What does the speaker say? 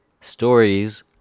Stories